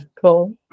Cool